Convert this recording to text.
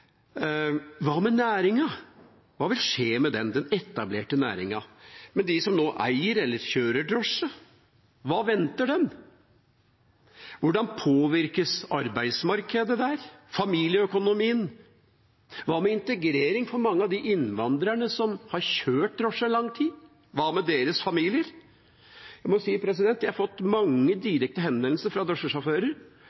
Hva med næringa? Hva vil skje med den etablerte næringa? De som nå eier eller kjører drosje, hva venter dem? Hvordan påvirkes arbeidsmarkedet der og familieøkonomien? Hva med integrering for mange av de innvandrerne som har kjørt drosje i lang tid? Hva med deres familier? Jeg må si at jeg har fått mange